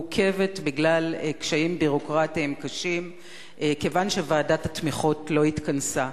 מעוכבת בגלל קשיים ביורוקרטיים קשים כיוון שוועדת התמיכות לא התכנסה.